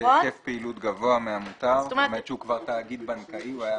בהיקף פעילות גבוה המותר כך שהוא כבר תאגיד בנקאי.